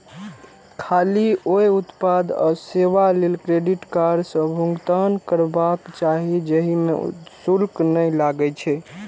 खाली ओइ उत्पाद आ सेवा लेल क्रेडिट कार्ड सं भुगतान करबाक चाही, जाहि मे शुल्क नै लागै छै